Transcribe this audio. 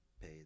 pay